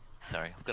Sorry